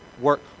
work